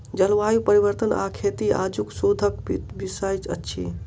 जलवायु परिवर्तन आ खेती आजुक शोधक विषय अछि